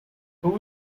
who